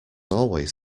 always